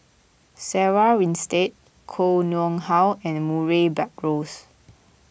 Sarah Winstedt Koh Nguang How and Murray Buttrose